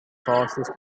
fastest